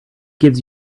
gives